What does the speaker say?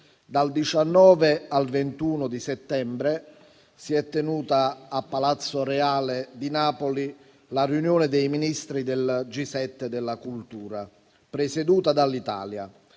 dal 19 al 21 settembre si è tenuta, al palazzo Reale di Napoli, la riunione dei ministri del G7 Cultura, presieduta dall'Italia,